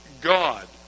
God